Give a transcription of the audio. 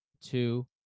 two